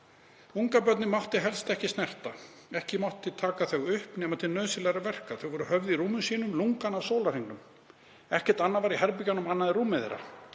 „Ungbörnin mátti helst ekki snerta. Ekki taka þau upp nema til nauðsynlegra verka. Þau voru höfð í rúmum sínum lungann af sólarhringnum. Ekkert annað var í herbergjunum annað en rúmin þeirra.